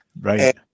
Right